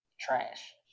Trash